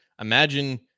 Imagine